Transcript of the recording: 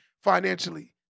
Financially